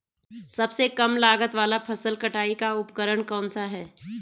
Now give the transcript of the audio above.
सबसे कम लागत वाला फसल कटाई का उपकरण कौन सा है?